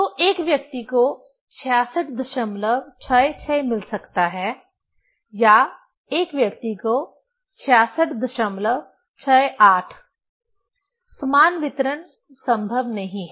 तो एक व्यक्ति को 6666 मिल सकता है या एक व्यक्ति को 6668 समान वितरण संभव नहीं है